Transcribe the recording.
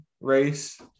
race